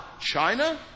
China